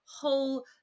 whole